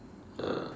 ya